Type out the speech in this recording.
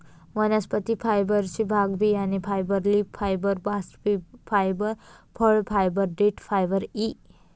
वनस्पती फायबरचे भाग बियाणे fibre, leaf fibre, bast fibre, फळ फायबर, देठ फायबर इ